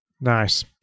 Nice